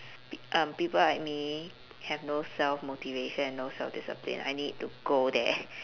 p~ um people like me have no self-motivation and no self-discipline I need to go there